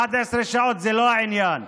11 שעות, זה לא העניין.